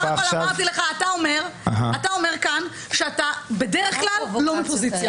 בסך הכול אמרתי לך שאתה אומר כאן שאתה בדרך כלל לא בפוזיציה.